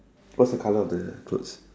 what's the colour of the clothes